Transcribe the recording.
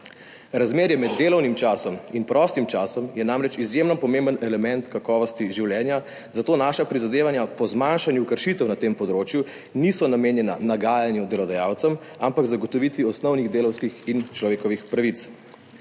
Razmerje med delovnim časom in prostim časom je namreč izjemno pomemben element kakovosti življenja, zato naša prizadevanja po zmanjšanju kršitev na tem področju niso namenjena nagajanju delodajalcem, ampak zagotovitvi osnovnih delavskih in človekovih pravic.